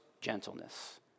gentleness